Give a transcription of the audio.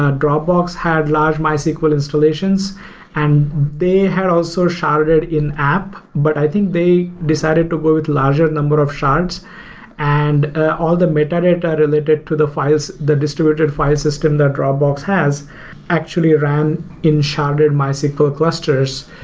ah dropbox had large mysql installations and they had also sharded in app, but i think they decided to go with larger number of shards and all the metadata related to the files, the distributed file system that dropbox has actually ran in sharded mysql clusters,